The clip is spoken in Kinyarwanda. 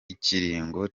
ikiringo